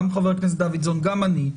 גם חבר הכנסת דוידסון וגם אני,